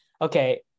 Okay